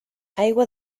aigua